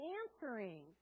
answering